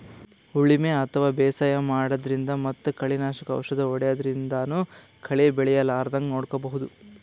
ಉಳಿಮೆ ಅಥವಾ ಬೇಸಾಯ ಮಾಡದ್ರಿನ್ದ್ ಮತ್ತ್ ಕಳಿ ನಾಶಕ್ ಔಷದ್ ಹೋದ್ಯಾದ್ರಿನ್ದನೂ ಕಳಿ ಬೆಳಿಲಾರದಂಗ್ ನೋಡ್ಕೊಬಹುದ್